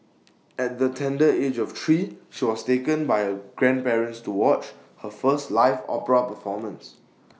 at the tender age of three she was taken by her grandparents to watch her first live opera performance